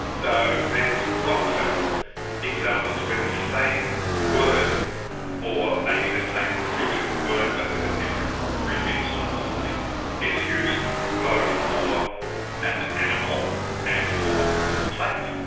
so there's lots of examples with a same word or maybe the same root of a word but with a different prefix on it or something is used both for an animal and for a plant.